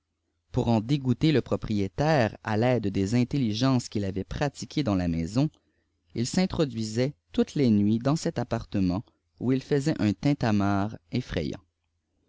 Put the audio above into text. pour en dégoûter le propriétaire àtaide des intelligences quil avait pratiquées dauf la maison il s'introduisait toutes les nuits dans cet appartement oii il faisait un lintjaçiarre effrayant